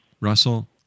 Russell